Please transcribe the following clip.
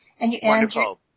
Wonderful